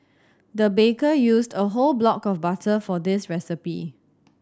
the baker used a whole block of butter for this recipe